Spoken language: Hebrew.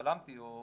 חלמתי או